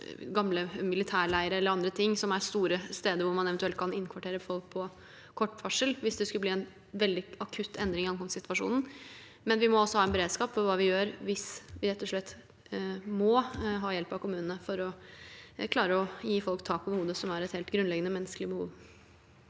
gamle militærleirer eller andre store steder der man eventuelt kan innkvartere folk på kort varsel, hvis det skulle bli en akutt endring i ankomstsituasjonen. Men vi må ha en beredskap for hva vi gjør hvis vi rett og slett må ha hjelp av kommunene for å klare å gi folk tak over hodet, som er et helt grunnleggende menneskelig behov.